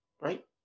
right